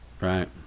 Right